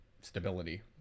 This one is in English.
stability